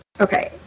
Okay